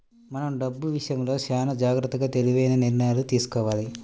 మనం డబ్బులు విషయంలో చానా జాగర్తగా తెలివైన నిర్ణయాలను తీసుకోవాలి